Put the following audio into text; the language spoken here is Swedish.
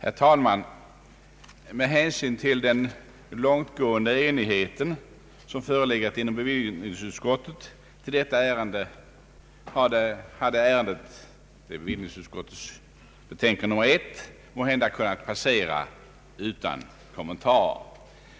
Herr talman! Med hänsyn till den långtgående enighet som förelegat inom bevillningsutskottet i detta ärende, bevillningsutskottets betänkande nr 1, hade det måhända kunnat passera utan kommentarer,